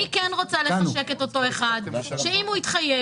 אני כן רוצה לחשק את אותו אחד שאם הוא התחייב,